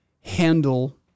handle